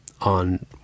on